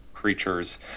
Creatures